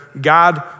God